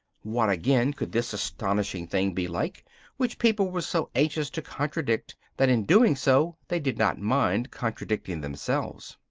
what again could this astonishing thing be like which people were so anxious to contradict, that in doing so they did not mind contradicting themselves?